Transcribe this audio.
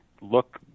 look